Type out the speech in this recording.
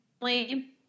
family